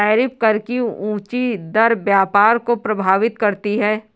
tariff कर की ऊँची दर व्यापार को प्रभावित करती है